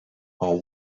are